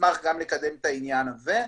נשמח לקדם את העניין הזה.